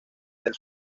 del